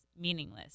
meaningless